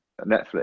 Netflix